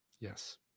yes